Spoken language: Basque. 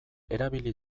erabili